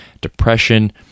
depression